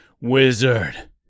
Wizard